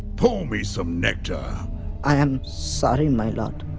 pour me some nectar i'm sorry, my lord,